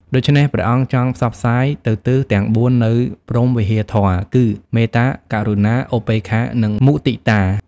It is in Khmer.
ដូច្នេះ ព្រះអង្គចង់ផ្សព្វផ្សាយទៅទិសទាំង៤ នូវព្រហ្មវិហារធម៌ គឺមេត្តា ករុណា ឧបេក្ខា និងមុទិតា។